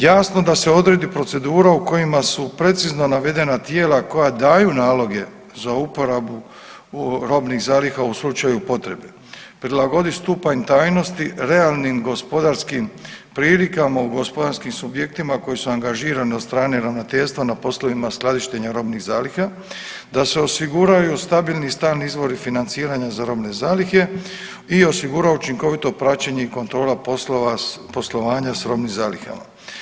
Jasno da se odredi procedura u kojima su precizno navedena tijela koja daju naloge za uporabu robnih zaliha u slučaju potrebe, prilagodit stupanj tajnosti realnim gospodarskim prilikama u gospodarskim subjektima koji su angažirani od strane ravnateljstva na poslovima skladištenja robnih zaliha, da se osiguraju stabilni stalni izvori financiranja za robne zalihe i osigura učinkovito praćenje i kontrola poslovanja s robnim zalihama.